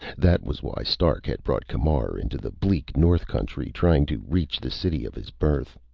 that was why stark had brought camar into the bleak north country, trying to reach the city of his birth.